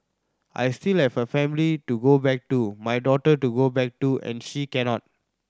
I still have a family to go back to my daughter to go back to and she cannot